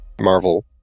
Marvel